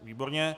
Výborně.